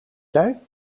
jij